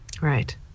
Right